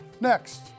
Next